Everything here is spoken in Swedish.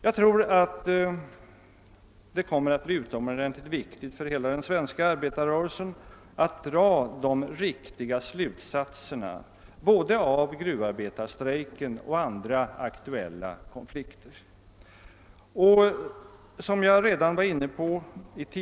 Jag tror att det kommer att vara utomordentligt betydelsefullt för hela den svenska arbetarrörelsen att dra de riktiga slutsaterna både av gruvarbetarstrejken och andra aktuella konflikter.